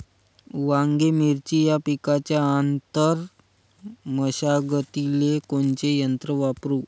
वांगे, मिरची या पिकाच्या आंतर मशागतीले कोनचे यंत्र वापरू?